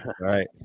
Right